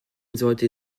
sollte